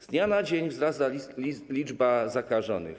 Z dnia na dzień wzrasta liczba zakażonych.